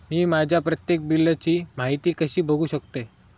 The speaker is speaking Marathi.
मी माझ्या प्रत्येक बिलची माहिती कशी बघू शकतय?